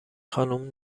خانم